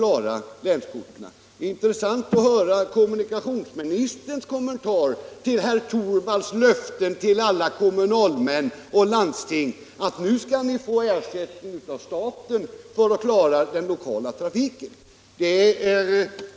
Men det skall bli intressant att höra kommunikationsministerns kommentar till herr Torwalds löften till alla kommunalmän och landstingsmän: Nu skall ni få ersättning från staten för att klara den lokala trafiken.